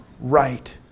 right